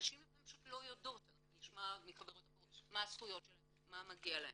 נשים לפעמים פשוט לא יודעות מה הזכויות שלהן ומה מגיע להן.